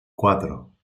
cuatro